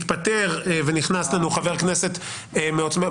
מתפטר ונכנס חבר כנסת מעוצמה יהודית,